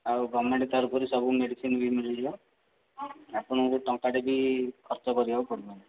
ଆଉ ଗର୍ମେଣ୍ଟ୍ ତରଫରୁ ସବୁ ମେଡ଼ିସିନ୍ ବି ମିଳିଯିବ ଆପଣଙ୍କୁ ଟଙ୍କାଟେ ବି ଖର୍ଚ୍ଚ କରିବାକୁ ପଡ଼ିବନି